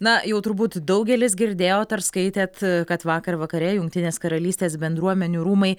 na jau turbūt daugelis girdėjot ar skaitėt kad vakar vakare jungtinės karalystės bendruomenių rūmai